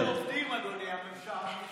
אבל אנחנו עובדים, אדוני.